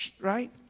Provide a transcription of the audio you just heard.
right